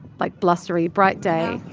like, blustery, bright day.